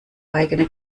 eigene